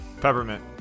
peppermint